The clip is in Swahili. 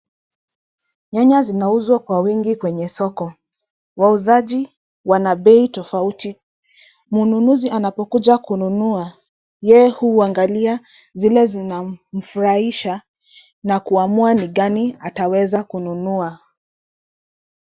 Nyanya zinauzwa kwa wingi kwenye soko. Wauzaji wana bei tofauti. Mnunuzi anapokuja kununua, yeye huangalia zile zinamfurahisha na kuamua ni gani ataweza kununua.